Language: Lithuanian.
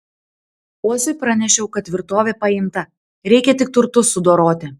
uosiui pranešiau kad tvirtovė paimta reikia tik turtus sudoroti